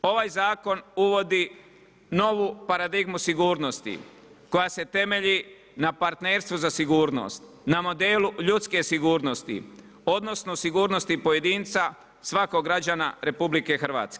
Ovaj zakon uvodi novu paradigmu sigurnosti koja se temelji na partnerstvu za sigurnost, na modelu ljudske sigurnosti odnosno sigurnosti pojedinca, svakog građana RH.